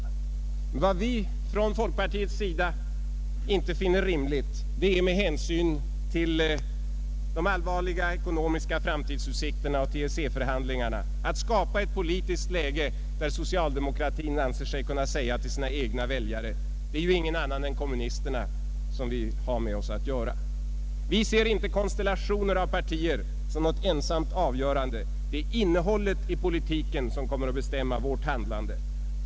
Men vad vi från folkpartiets sida inte finner rimligt med hänsyn till de allvarliga ekonomiska framtidsutsikterna och EEC-förhandlingarna är att skapa ett politiskt läge där socialdemokratin anser sig kunna säga till sina egna väljare: ”Det är ju inga andra än kommunisterna som vill ha med oss att göra.” Vi ser inte konstellationer av partier som ensamt avgörande — det är innehållet i politiken som kommer att bestämma vårt handlande.